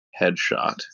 headshot